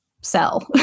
sell